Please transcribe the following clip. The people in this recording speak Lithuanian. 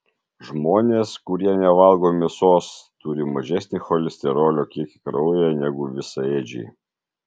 žmonės kurie nevalgo mėsos turi mažesnį cholesterolio kiekį kraujyje negu visaėdžiai